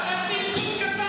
אני קורא אותך לסדר פעם שנייה.